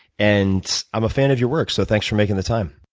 and i'm a fan of your work. so thanks for making the time.